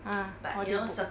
ah audiobook